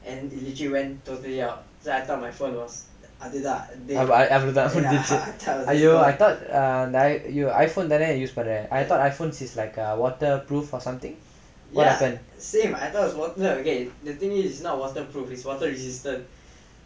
அவ்ளோதா முடிஞ்சிச்சு அய்யோ:avlothaa mudijinchu ayyo I thought you iphone தான:thaana use பண்ற:panra I thought iphone is like a waterproof or something what happen